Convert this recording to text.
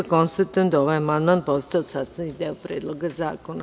Konstatujem da je ovaj amandman postao sastavni deo Predloga zakona.